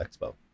Expo